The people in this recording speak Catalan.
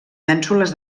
mènsules